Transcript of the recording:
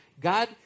God